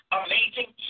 amazing